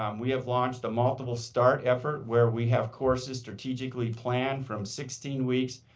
um we have launched a multiple-start effort where we have courses strategically planned from sixteen weeks,